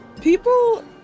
people